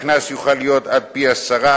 הקנס יוכל להיות עד פי-עשרה,